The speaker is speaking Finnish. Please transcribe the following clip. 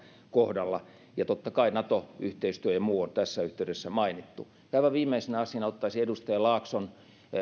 kohdalla ja totta kai nato yhteistyö ja muu on tässä yhteydessä mainittu aivan viimeisenä asiana ottaisin edustaja laakson